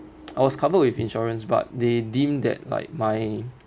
I was covered with insurance but they deemed that like my